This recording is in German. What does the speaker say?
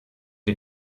wir